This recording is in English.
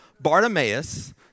Bartimaeus